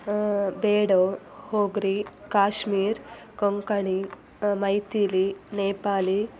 Bodo Dogri Kashmiri Konkani Maithili Nepali